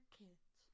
kids